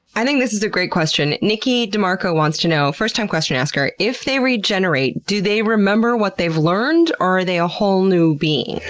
i think this is a great question. nikki demarco wants to know, first-time question-asker if they regenerate, do they remember what they've learned? are they a whole new being?